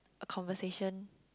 a conversation